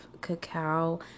cacao